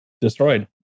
destroyed